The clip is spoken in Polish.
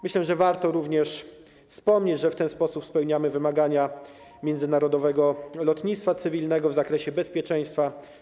Myślę, że warto również wspomnieć, że w ten sposób spełniamy wymagania międzynarodowego lotnictwa cywilnego w zakresie bezpieczeństwa.